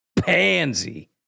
pansy